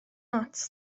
ots